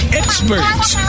experts